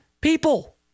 people